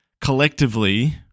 collectively